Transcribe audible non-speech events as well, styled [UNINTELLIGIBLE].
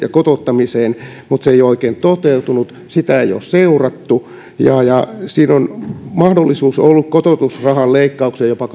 kotouttamiseen mutta se ei ole oikein toteutunut sitä ei ole seurattu ja ja siinä on mahdollisuus ollut kotoutusrahan leikkaukseen jopa [UNINTELLIGIBLE]